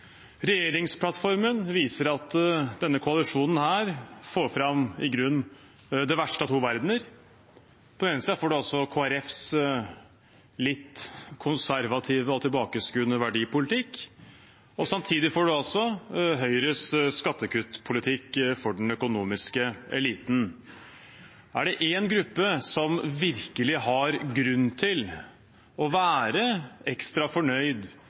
Regjeringsplattformen viser at denne koalisjonen i grunnen får fram det verste av to verdener. På den ene siden får man Kristelig Folkepartis litt konservative og tilbakeskuende verdipolitikk, og samtidig får man Høyres skattekuttpolitikk for den økonomiske eliten. Er det én gruppe som virkelig har grunn til å være ekstra fornøyd